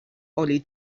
only